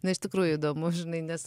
na iš tikrųjų įdomu žinai nes